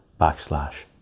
backslash